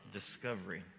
Discovery